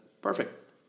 perfect